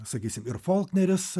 sakysim ir folkneris